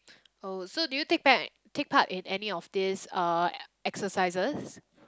oh so do you take back take part in any of these uh exercises